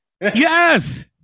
yes